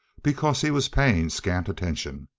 because he was paying scant attention.